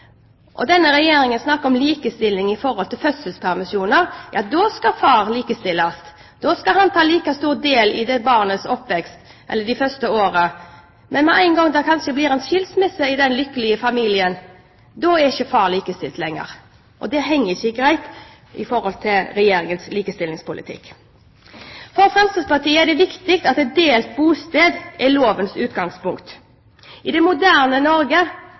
til fødselspermisjoner. Da skal far likestilles. Da skal han ta like stor del i barnets oppvekst de første årene. Men med en gang det blir en skilsmisse i «den lykkelige familien», er ikke far likestilt lenger. Det henger ikke på greip i forhold til Regjeringens likestillingspolitikk. For Fremskrittspartiet er det viktig at delt bosted er lovens utgangspunkt. I det moderne Norge